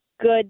good